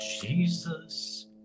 Jesus